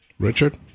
Richard